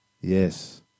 yes